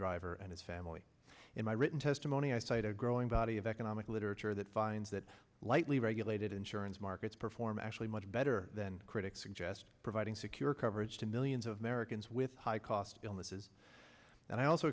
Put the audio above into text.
driver and his family in my written testimony i cite a growing body of economic literature that finds that lightly regulated insurance markets perform actually much better than critics suggest providing secure coverage to millions of americans with high cost